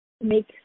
make